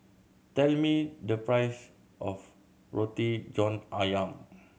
tell me the price of Roti John Ayam